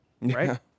right